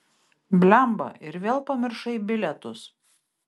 blemba ir vėl pamiršai bilietus